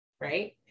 Right